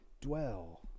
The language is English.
dwell